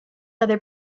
other